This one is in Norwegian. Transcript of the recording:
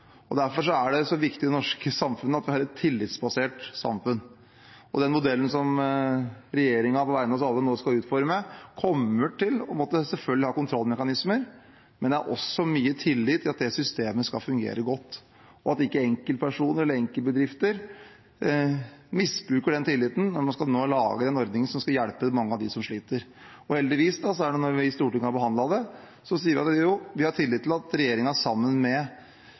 og favne så bredt som mulig. Derfor er det så viktig at det norske samfunnet er tillitsbasert. Den modellen regjeringen på vegne av oss alle nå skal utforme, kommer selvfølgelig til å måtte ha kontrollmekanismer, men jeg har stor tillit til at det systemet skal fungere godt, og at ikke enkeltpersoner eller enkeltbedrifter misbruker den tilliten når vi nå skal lage en ordning som skal hjelpe mange av dem som sliter. Heldigvis sier vi, når vi i Stortinget behandler det, at vi har tillit til at regjeringen sammen med